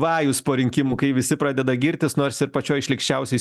vajus po rinkimų kai visi pradeda girtis nors ir pačioj šlykščiausioj